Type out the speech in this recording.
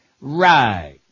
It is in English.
Right